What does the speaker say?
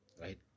right